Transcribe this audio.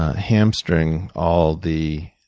hamstring all the